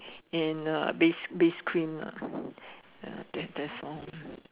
and uh base base cream lah ya that that's all